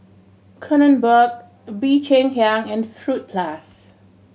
Kronenbourg Bee Cheng Hiang and Fruit Plus